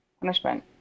punishment